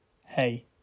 Hey